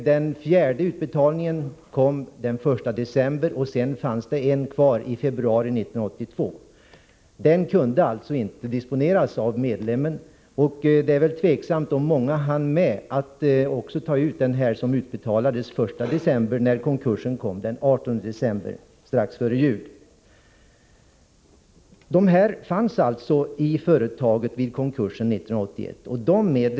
Den fjärde utbetalningen gjordes den 1 december, och sedan återstod en i februari 1982, som inte kunde disponeras av medlemmen. Det är väl också tveksamt om så många hann med att ta ut de pengar som kom den 1 december, innan konkursen skedde den 18 i samma månad, strax före jul. Delar av dessa spärrade medel stod alltså kvar i företaget vid konkursen i december 1981.